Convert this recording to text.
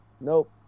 nope